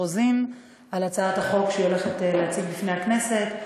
רוזין על הצעת החוק שהיא הולכת להציג בפני הכנסת.